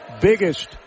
biggest